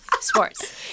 sports